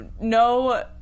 no